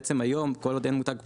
בעצם היום כל עוד אין מותג פרטי,